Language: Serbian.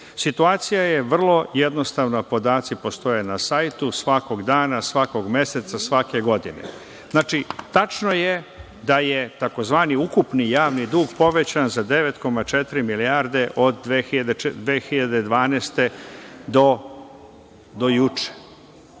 Situacija je vrlo jednostavna. Podaci postoje na sajtu svakog dana, svakog meseca, svake godine. Znači, tačno je da je tzv. ukupni javni dug povećan za 9,4 milijarde od 2012. do juče. Zbog